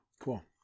Cool